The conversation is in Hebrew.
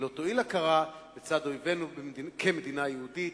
לא תועיל הכרה מצד אויבינו במדינה יהודית